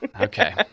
okay